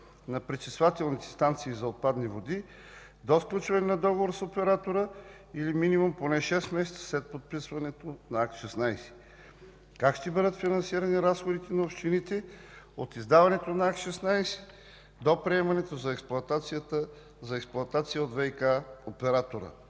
на Пречиствателните станции за отпадни води до сключване на договор с оператора, или минимум поне шест месеца след подписване на Акт 16? Как ще бъдат финансирани разходите на общините от издаването на Акт 16 до приемането за експлоатация от ВиК оператора?